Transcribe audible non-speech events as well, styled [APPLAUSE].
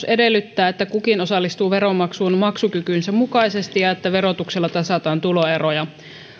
[UNINTELLIGIBLE] edellyttää että kukin osallistuu veronmaksuun maksukykynsä mukaisesti ja että verotuksella tasataan tuloeroja